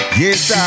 yes